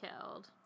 killed